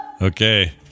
Okay